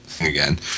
again